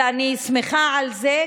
ואני שמחה על זה,